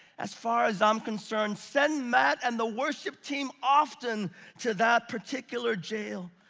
as far as i'm concerned, send matt and the worship team often to that particular jail.